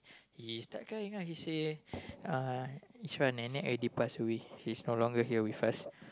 he start crying ah he say uh nenek Ishfan already pass away she's no longer here with us